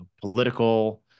political